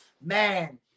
Man